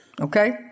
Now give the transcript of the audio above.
okay